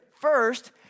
First